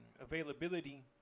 availability